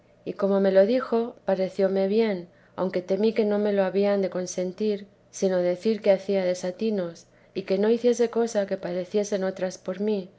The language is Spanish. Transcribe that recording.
y como me lo dijo parecióme bien aunque temí que no me lo habían de consentir sino decir que hacía desatinos y que no hiciese cosa que padeciesen otras por mí